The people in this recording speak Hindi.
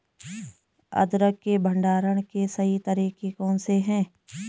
अदरक के भंडारण के सही तरीके कौन से हैं?